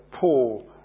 Paul